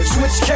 Switch